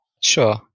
Sure